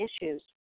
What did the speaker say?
issues